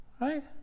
right